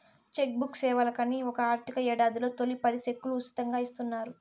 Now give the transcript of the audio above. check book సేవలకని ఒక ఆర్థిక యేడాదిలో తొలి పది సెక్కులు ఉసితంగా ఇస్తున్నారు